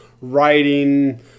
writing